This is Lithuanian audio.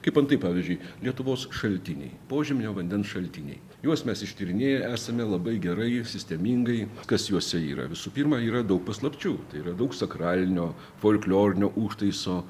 kaip antai pavyzdžiui lietuvos šaltiniai požeminio vandens šaltiniai juos mes ištyrinėję esame labai gerai sistemingai kas juose yra visų pirma yra daug paslapčių tai yra daug sakralinio folklorinio užtaiso